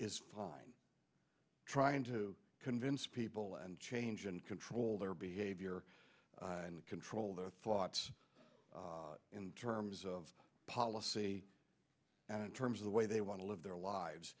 is pine trying to convince people and change and control their behavior in the control of their thoughts in terms of policy and in terms of the way they want to live their lives